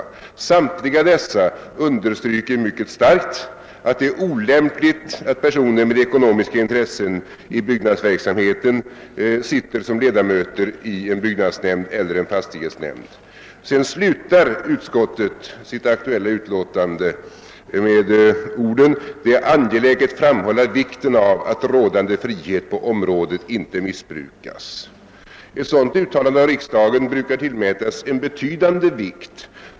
I samtliga dessa understryks mycket starkt att det är olämpligt att personer med ekonomiska intressen i byggnadsverksamhet ingår som ledamöter i en byggnadsnämnd eller i en fastighetsnämnd. Utskottet avslutade sitt utlåtande 1968 med orden att det är »angeläget att framhålla vikten av att rådande frihet på området inte missbrukas». Ett sådant uttalande av riksdagen brukar tillmätas en betydande vikt.